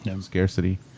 Scarcity